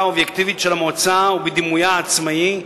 האובייקטיבית של המועצה ובדימויה העצמאי,